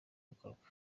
bikorwa